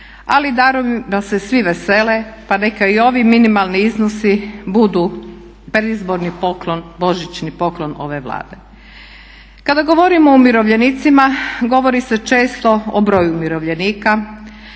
Ali darovima se svi vesele pa neki i ovi minimalni iznosi budu predizborni poklon, božićni poklon ove Vlade. Kada govorimo o umirovljenicima govori se često o broju umirovljenika